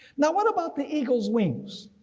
now what about the eagle's wings?